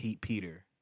Peter